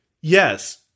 Yes